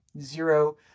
zero